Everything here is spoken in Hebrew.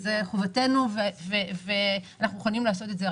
וזו חובתנו ואנחנו מוכנים לעשות את זה,